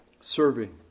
serving